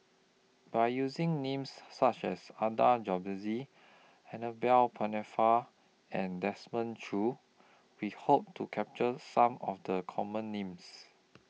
By using Names such as Adan Jimenez Annabel Pennefather and Desmond Choo We Hope to capture Some of The Common Names